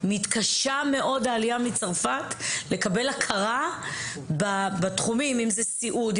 היא מתקשה מאוד לקבל הכרה בתחומים של סיעוד,